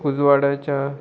उजवाड्याच्या